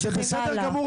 בסדר גמור,